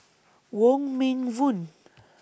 Wong Meng Voon